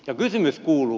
kysymys kuuluu